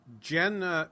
Jen